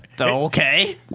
Okay